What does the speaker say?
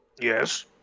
Yes